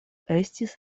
estis